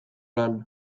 lan